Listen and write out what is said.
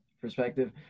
perspective